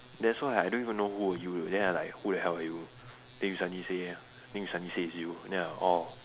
that's why I don't even know who are you then I like who the hell are you then you suddenly say then you suddenly say it's you then I orh